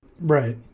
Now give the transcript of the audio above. right